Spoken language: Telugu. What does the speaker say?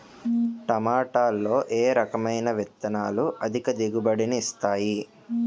టమాటాలో ఏ రకమైన విత్తనాలు అధిక దిగుబడిని ఇస్తాయి